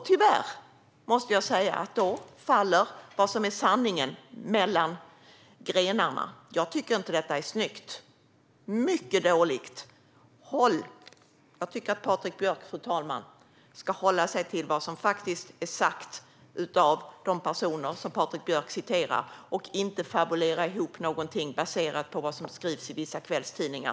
Tyvärr måste jag säga: Då faller sanningen mellan grenarna. Jag tycker inte att detta är snyggt. Det är mycket dåligt. Fru talman! Jag tycker att Patrik Björck ska hålla sig till vad som faktiskt är sagt av de personer som han citerar och inte fabulera ihop någonting baserat på vad som skrivs i vissa kvällstidningar.